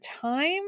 time